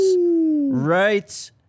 right